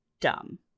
dumb